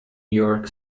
york